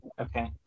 Okay